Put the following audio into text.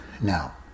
Now